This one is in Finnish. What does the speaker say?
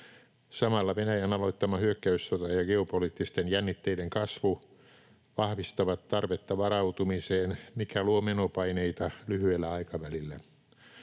Samalla Venäjän aloittama hyökkäyssota ja geopoliittisten jännitteiden kasvu vahvistavat tarvetta varautumiseen, mikä luo menopaineita lyhyellä aikavälillä.